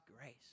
grace